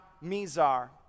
Mizar